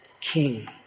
king